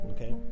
Okay